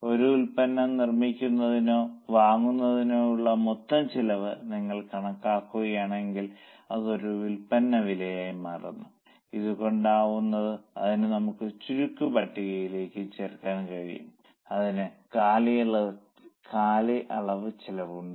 ഒരു ഉൽപ്പന്നം നിർമ്മിക്കുന്നതിനോ വാങ്ങുന്നതിനോ ഉള്ള മൊത്തം ചെലവ് നിങ്ങൾ കണക്കാക്കുകയാണെങ്കിൽ അത് ഒരു ഉൽപ്പന്ന വിലയായി മാറുന്നു അത് കണ്ടെത്താവുന്നതാണ് അതിനു നമുക്ക് ചരക്കു പട്ടികയിലേക്ക് ചേർക്കാൻ കഴിയും അതിന് കാലയളവ് ചെലവുണ്ട്